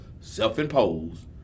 self-imposed